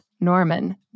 Norman